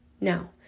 Now